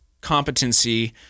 competency